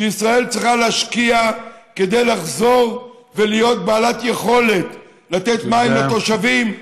שישראל צריכה להשקיע כדי לחזור ולהיות בעלת יכולת לתת מים לתושבים,